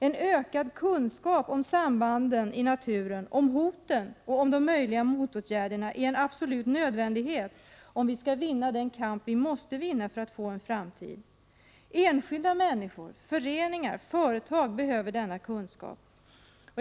En ökad kunskap om sambanden i naturen, om hoten och om de möjliga motåtgärderna är en absolut nödvändighet, om vi skall vinna den kamp vi måste vinna för att få en framtid. Enskilda människor, föreningar och företag behöver denna kunskap.